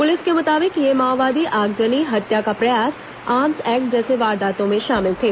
police के मुताबिक ये माओवादी आगजनी हत्या का प्रयास आर्म्स एक्ट जैसे वारदातों में शामिल थे